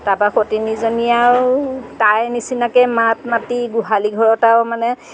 তাৰপৰা সতিনীজনীয়ে আৰু তাই নিচিনাকৈ মাত মাতি গোহালি ঘৰত আৰু মানে